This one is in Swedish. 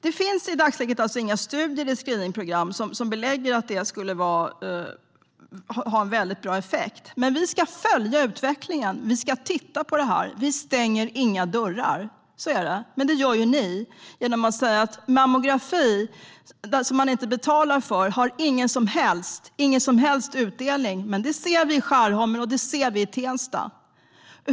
Det finns i dagsläget alltså inga studier i screeningprogram som belägger att det skulle ha väldigt bra effekt. Men vi ska följa utvecklingen och titta på det här. Vi stänger inga dörrar. Det gör dock ni genom att säga att mammografi som man inte betalar för inte ger någon som helst utdelning. Men det ser vi att den gör i Skärholmen och Tensta.